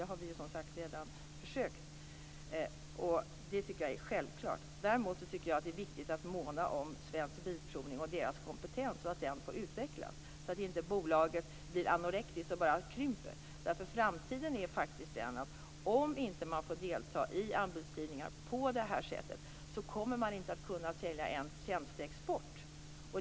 Det har vi ju som sagt redan försökt uppnå, och det tycker jag är självklart. Däremot tycker jag att det är viktigt att måna om Svensk Bilprovning och dess medarbetares kompetens, så att den får utvecklas så att inte bolaget blir anorektiskt och bara krymper. Framtiden är faktiskt den att om man inte får delta i anbudsgivningar på det här sättet så kommer man inte att kunna sälja ens tjänsteexport.